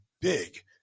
big